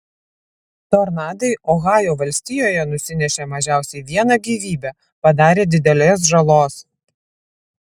tornadai ohajo valstijoje nusinešė mažiausiai vieną gyvybę padarė didelės žalos